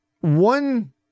one